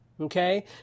Okay